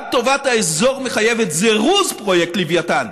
גם טובת האזור מחייבת זירוז פרויקט לווייתן,